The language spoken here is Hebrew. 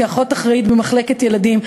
כאחות אחראית במחלקת ילדים,